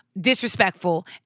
disrespectful